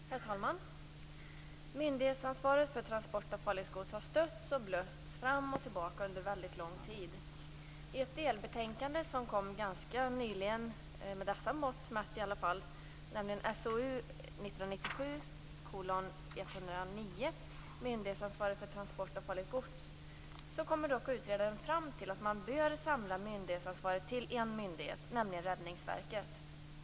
Herr talman! Frågan om myndighetsansvaret för transport av miljöfarligt gods har stötts och blötts under väldigt lång tid. I ett delbetänkande som kom ganska nyligen, SOU 1997:109 Myndighetsansvaret för transport av farligt gods, kom dock utredaren fram till att man bör samla myndighetsansvaret till en myndighet, nämligen Räddningsverket.